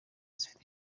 zifite